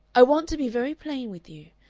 i want to be very plain with you.